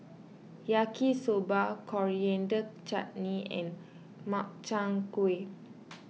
Yaki Soba Coriander Chutney and Makchang Gui